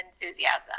enthusiasm